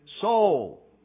soul